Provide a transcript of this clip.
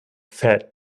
fat